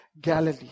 Galilee